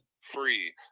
free